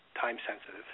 time-sensitive